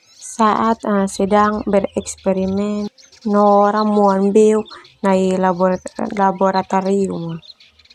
Saat ah sedang bereksperimen no ramuan beuk nai laborat- laboratorium ah.